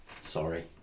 sorry